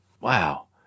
Wow